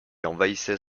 envahissait